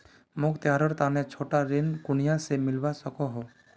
मोक त्योहारेर तने छोटा ऋण कुनियाँ से मिलवा सको हो?